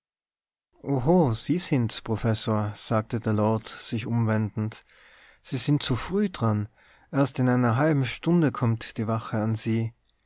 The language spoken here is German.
sie sind's professor sagte der lord sich umwendend sie sind zu früh dran erst in einer halben stunde kommt die wache an sie